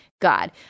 God